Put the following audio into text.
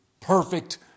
perfect